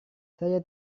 saya